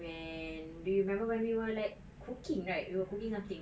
when do you remember when we were like cooking right we were cooking something